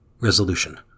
Resolution